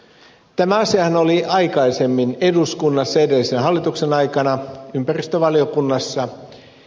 tämä asiahan oli aikaisemmin edellisen hallituksen aikana eduskunnassa ympäristövaliokunnassa